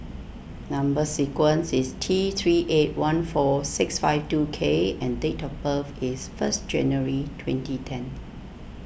Number Sequence is T three eight one four six five two K and date of birth is first January twenty ten